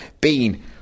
Bean